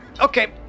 okay